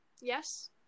yes